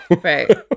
Right